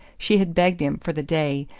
she had begged him, for the day,